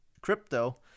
crypto